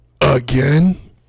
Again